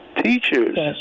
Teachers